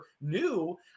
new